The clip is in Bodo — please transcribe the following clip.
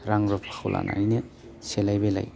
रां रुफाखौ लानानैनो सेलाय बेलाय